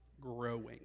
growing